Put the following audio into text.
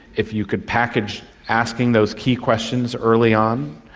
if you could package asking those key questions early on,